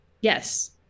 Yes